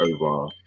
Over